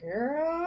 Girl